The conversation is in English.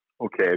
Okay